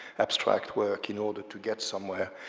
abstract work, in order to get somewhere.